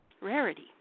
rarity